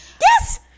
yes